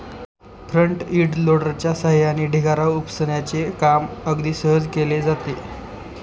front end लोडरच्या सहाय्याने ढिगारा उपसण्याचे काम अगदी सहज केले जाते